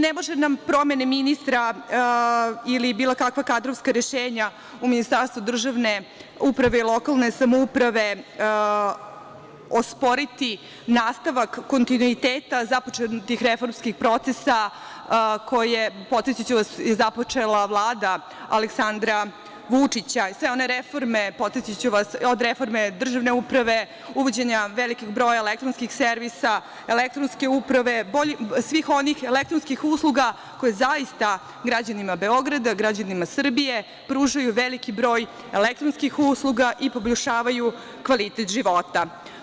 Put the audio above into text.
Ne može nam promena ministra ili bilo kakva kadrovska rešenja u Ministarstvu državne uprave i lokalne samouprave osporiti nastavak kontinuiteta započetih reformskih procesa koje, podsetiću vas je započela Vlada Aleksandra Vučića, od reforme državne uprave, uvođenja velikog broja elektronskih servisa, elektronske uprave, svih onih elektronskih usluga koje zaista građanima Beograda, građanima Srbije pružaju veliki broj elektronskih usluga i poboljšavaju kvalitet života.